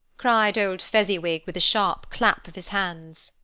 cried old fezziwig, with a sharp clap of his hands,